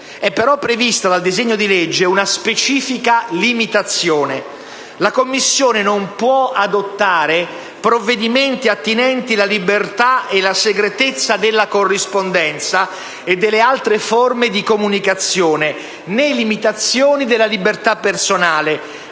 È però prevista dal disegno di legge una specifica limitazione. La Commissione non può adottare provvedimenti attinenti alla libertà e alla segretezza della corrispondenza e delle altre forme di comunicazione né limitazioni della libertà personale,